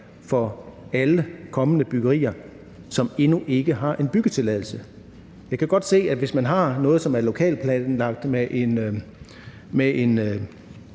for alle kommende byggerier, som endnu ikke har en byggetilladelse. Jeg kan godt se, at hvis man har noget, hvor der i lokalplanen er en